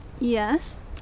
Yes